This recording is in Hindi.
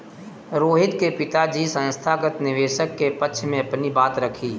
रोहित के पिताजी संस्थागत निवेशक के पक्ष में अपनी बात रखी